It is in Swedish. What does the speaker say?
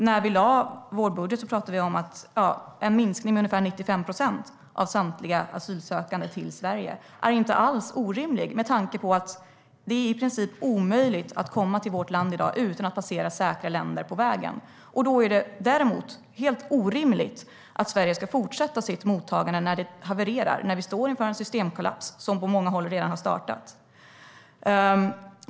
När vi lade vår budget pratade vi om att en minskning med ungefär 95 procent av samtliga asylsökande till Sverige inte alls är orimlig med tanke på att det i princip är omöjligt att komma till vårt land i dag utan att passera säkra länder på vägen. Då är det helt orimligt att Sverige ska fortsätta sitt mottagande när det havererar, när vi står inför en systemkollaps som på många håll redan har startat.